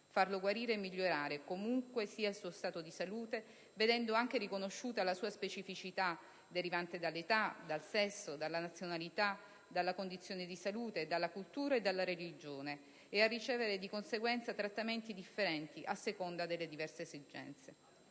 farlo guarire e migliorare comunque sia il suo stato di salute, vedendo anche riconosciuta la sua specificità derivante dall'età, dal sesso, dalla nazionalità, dalla condizione di salute, dalla cultura e dalla religione, e a ricevere di conseguenza trattamenti differenziati a seconda delle diverse esigenze.